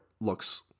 looks